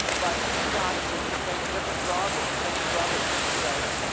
but each dot could contain a different drug, or the same drug at a different dose.